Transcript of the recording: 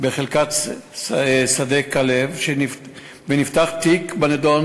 בחלקת שדה-כלב, ונפתח תיק בנדון.